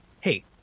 hey